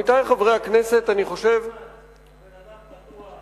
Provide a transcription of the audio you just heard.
סגן השר ליצמן